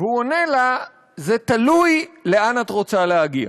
הוא עונה לה: זה תלוי לאן את רוצה להגיע.